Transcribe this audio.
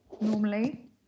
normally